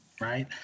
right